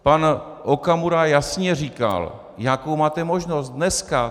Pan Okamura jasně říkal, jakou máte možnost, dneska.